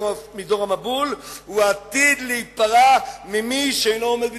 המבול עתיד להיפרע ממי שאינו עומד בדיבורו.